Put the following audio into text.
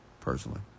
personally